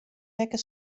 wekker